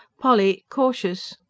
polly. cautious!